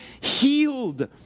healed